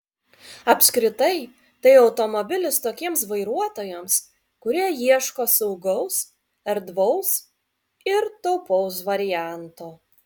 apskritai tai automobilis tokiems vairuotojams kurie ieško saugaus erdvaus ir taupaus varianto